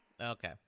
Okay